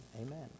Amen